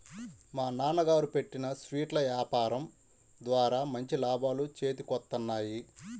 మా నాన్నగారు పెట్టిన స్వీట్ల యాపారం ద్వారా మంచి లాభాలు చేతికొత్తన్నాయి